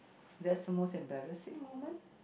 that's your most embarrassing moment